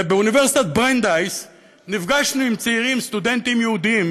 באוניברסיטת ברנדייס נפגשנו עם צעירים סטודנטים יהודים,